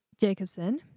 Jacobson